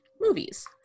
movies